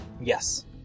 Yes